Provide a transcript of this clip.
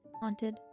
haunted